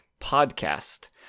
podcast